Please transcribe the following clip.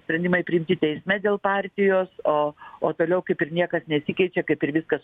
sprendimai priimti teisme dėl partijos o o toliau kaip ir niekas nesikeičia kaip ir viskas